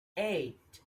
eight